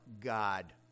God